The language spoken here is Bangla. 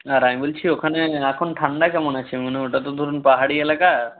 আর আমি বলছি ওখানে এখন ঠান্ডা কেমন আছে মানে ওটা তো ধরুন পাহাড়ি এলাকা